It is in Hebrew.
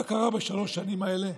מה קרה בשלוש שנים האלה